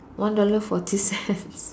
one dollar forty cents